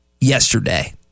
yesterday